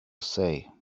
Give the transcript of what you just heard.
say